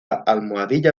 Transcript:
almohadilla